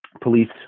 police